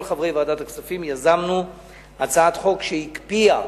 כל חברי ועדת הכספים, יזמנו הצעת חוק שהקפיאה